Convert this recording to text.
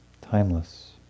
timeless